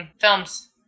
films